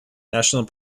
national